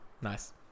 Nice